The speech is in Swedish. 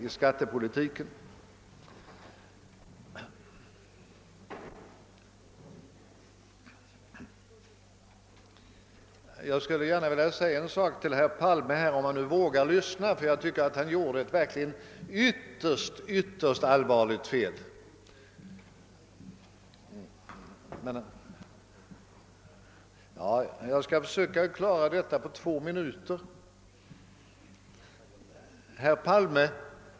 Jag skulle därför gärna vilja säga en sak till herr Palme, om han nu vågar lyssna. Jag tycker nämligen att han gjorde ett ytterst allvarligt fel; jag skall försöka klara ut detta på ett par minuter. Herr Palme!